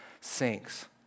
sinks